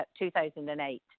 2008